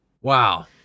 wow